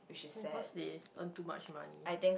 'cause they earn too much money